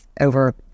over